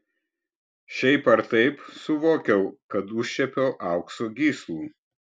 šiaip ar taip suvokiau kad užčiuopiau aukso gyslų